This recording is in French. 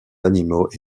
animaux